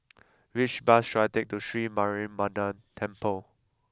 which bus should I take to Sri Mariamman Temple